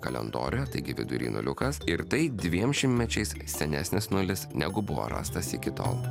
kalendoriuje taigi vidury nuliukas ir tai dviem šimtmečiais senesnis nulis negu buvo rastas iki tol